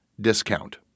discount